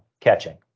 catching